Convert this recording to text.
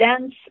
dense